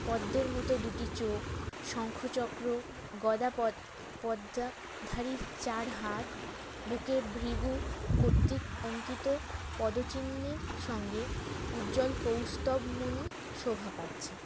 পদ্মের মতো দুটি চোখ শঙ্খ চক্র গদা পদ্ম ধারী চার হাত বুকে ভৃগু কর্তৃক অঙ্কিত পদচিহ্নের সঙ্গে উজ্জ্বল কৌস্তুভ মণি শোভা পাচ্ছে